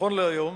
נכון להיום,